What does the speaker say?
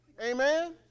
Amen